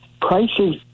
Prices